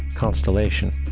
constellation.